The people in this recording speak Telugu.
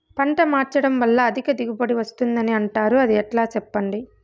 పంట మార్చడం వల్ల అధిక దిగుబడి వస్తుందని అంటారు అది ఎట్లా సెప్పండి